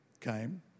came